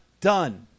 done